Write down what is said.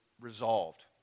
resolved